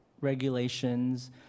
regulations